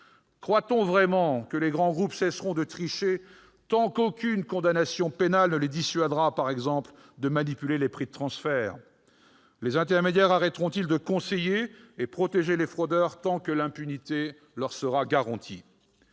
Croit-on vraiment que les grands groupes cesseront de tricher tant qu'aucune condamnation pénale ne les dissuadera, par exemple, de manipuler les prix de transfert ? Les intermédiaires arrêteront-ils de conseiller et de protéger les fraudeurs tant que l'impunité leur sera garantie ?